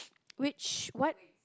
which what